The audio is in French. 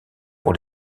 pour